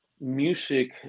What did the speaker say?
Music